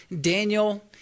Daniel